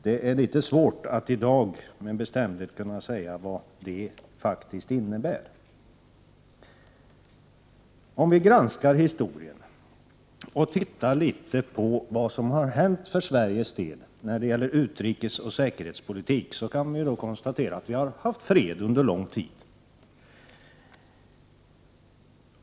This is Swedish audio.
Det är litet svårt att i dag med bestämdhet säga vad detta kan innebära. Om vi granskar historien och ser litet på vad som hänt för Sveriges del och på den utrikespolitik och säkerhetspolitik som bedrivits, kan vi konstatera att Sverige under lång tid haft fred.